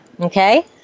Okay